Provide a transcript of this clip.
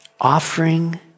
offering